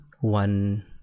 one